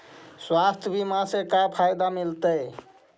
स्वास्थ्य बीमा से का फायदा मिलतै?